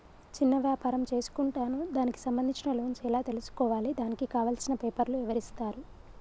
చిన్న వ్యాపారం చేసుకుంటాను దానికి సంబంధించిన లోన్స్ ఎలా తెలుసుకోవాలి దానికి కావాల్సిన పేపర్లు ఎవరిస్తారు?